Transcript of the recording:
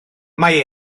mae